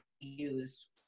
use